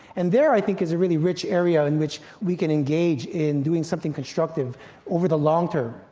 and there i think is a really rich area in which we can engage in doing something constructive over the long term.